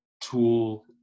tool